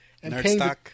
Nerdstock